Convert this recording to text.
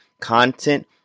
content